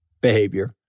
behavior